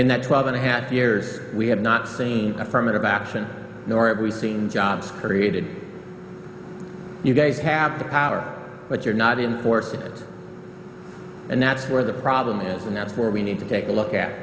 in that twelve and a half years we have not seen affirmative action nor have we seen jobs created you guys have the power but you're not in the force and that's where the problem is and that's where we need to take a look at